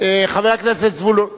חבר הכנסת זבולון אורלב,